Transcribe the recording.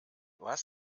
was